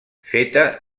feta